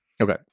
Okay